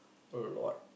a lot